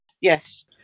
yes